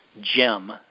gem